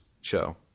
show